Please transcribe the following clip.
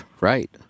Right